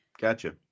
Gotcha